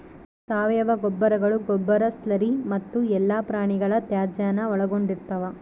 ಸಾವಯವ ಗೊಬ್ಬರಗಳು ಗೊಬ್ಬರ ಸ್ಲರಿ ಮತ್ತು ಎಲ್ಲಾ ಪ್ರಾಣಿಗಳ ತ್ಯಾಜ್ಯಾನ ಒಳಗೊಂಡಿರ್ತವ